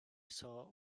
saw